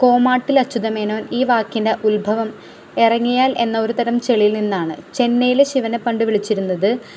കോമാട്ടിൽ അച്യുതമേനോൻ ഈ വാക്കിൻ്റെ ഉത്ഭവം ഇറങ്ങിയാൽ എന്ന ഒരുതരം ചേളിൽ നിന്നാണ് ചെന്നൈയില് ശിവനെ പണ്ടു വിളിച്ചിരുന്നത്